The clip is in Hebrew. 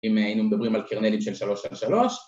‫אם מדברים על קרנלים של שלוש על שלוש.